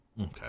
Okay